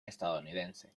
estadounidense